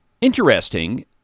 Interesting